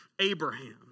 Abraham